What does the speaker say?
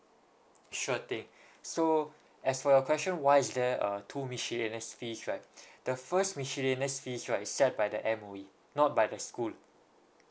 sure thing so as for your question why's there uh two miscellaneous fee right the first miscellaneous fees right set by the M_O_E not by the school